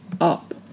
up